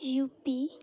up